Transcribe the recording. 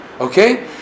Okay